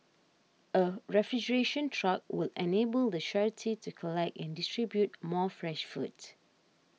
a refrigeration truck would enable the charity to collect and distribute more fresh food